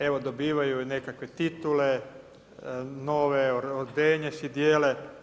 Evo dobivaju i nekakve titule nove, ordenje si dijele.